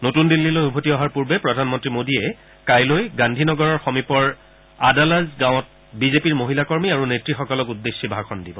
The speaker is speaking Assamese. নতুন দিল্লীলৈ উভতি অহাৰ পূৰ্বে প্ৰধানমন্ত্ৰী মোদীয়ে কাইলৈ গান্ধীনগৰৰ সমীপৰ আদালাজ গাঁৱত বিজেপিৰ মহিলা কৰ্মী আৰু নেত্ৰীসকলক উদ্দেশ্যি ভাষণ দিব